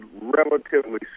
relatively